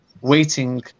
waiting